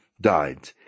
died